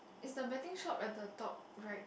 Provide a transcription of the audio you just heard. is the betting shop at the top right